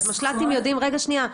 רגע שנייה,